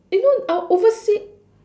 you know our oversea